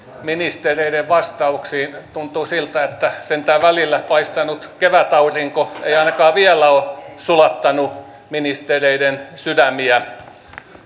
ministereiden vastauksiin tuntuu siltä että sentään välillä paistanut kevätaurinko ei ainakaan vielä ole sulattanut ministereiden sydämiä